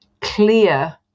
clear